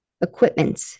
equipment